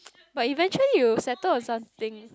but eventually you will settle on something